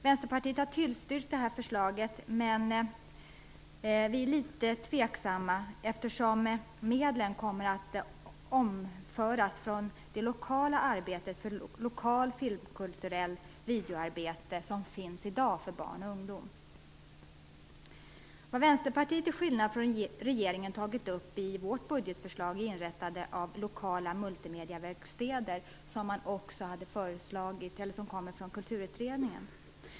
Vänsterpartiet har tillstyrkt förslaget, men vi är litet tveksamma eftersom medlen kommer att omföras från det lokala filmkulturella videoarbete som finns i dag för barn och ungdom. Vad Vänsterpartiet till skillnad från regeringen tagit upp i sitt budgetförslag är inrättande av lokala multimediaverkstäder som man också föreslår från kulturutredningen.